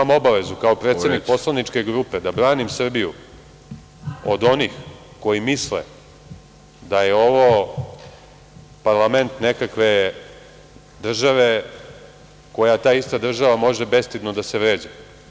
Imam obavezu kao predsednik poslaničke grupe da branim Srbiju od onih koji misle da je ovo parlament nekakve države, gde ta ista država može bestidno da se vređa.